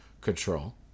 control